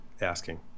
asking